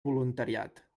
voluntariat